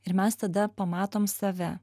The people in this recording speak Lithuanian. ir mes tada pamatom save